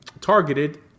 targeted